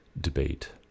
debate